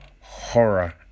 horror